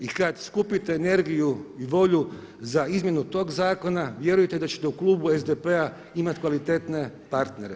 I kada skupite energiju i volju za izmjenu tog zakona vjerujte da ćete u klubu SDP-a imati kvalitetne partnere.